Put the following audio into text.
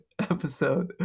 episode